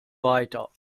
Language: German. weiter